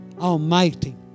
almighty